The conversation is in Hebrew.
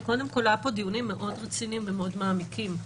היו פה דיונים מאוד רציניים ומאוד מעמיקים.